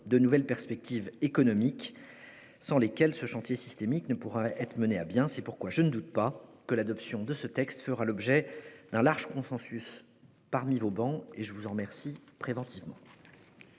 de nouvelles perspectives économiques sans lesquelles ce chantier systémique ne pourrait être mené à bien. C'est pourquoi je ne doute pas que l'adoption de ce texte fera l'objet d'un large consensus sur vos travées. Nous passons